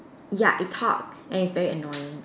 ya it talk and it's very annoying